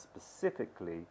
specifically